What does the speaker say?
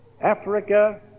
Africa